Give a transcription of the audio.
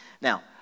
Now